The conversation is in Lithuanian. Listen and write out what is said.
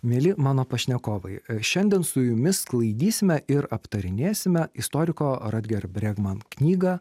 mieli mano pašnekovai šiandien su jumis sklaidysime ir aptarinėsime istoriko rutger bregman knygą